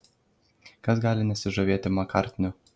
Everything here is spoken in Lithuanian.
kas gali nesižavėti makartniu